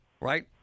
right